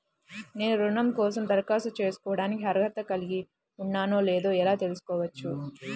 నేను రుణం కోసం దరఖాస్తు చేసుకోవడానికి అర్హత కలిగి ఉన్నానో లేదో ఎలా తెలుసుకోవచ్చు?